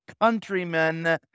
countrymen